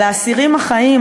על האסירים החיים,